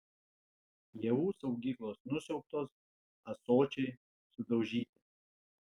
javų saugyklos nusiaubtos ąsočiai sudaužyti